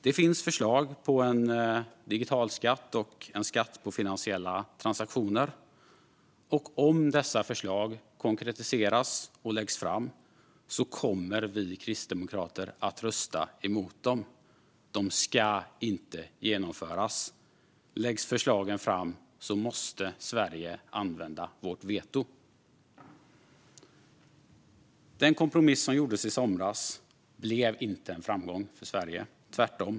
Det finns förslag som på en digitalskatt och en skatt på finansiella transaktioner. Om dessa förslag konkretiseras och läggs fram kommer vi kristdemokrater att rösta emot dem. De ska inte genomföras. Läggs förslagen fram måste Sverige använda sitt veto. Den kompromiss som gjordes i somras blev inte en framgång för Sverige - tvärtom.